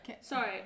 Sorry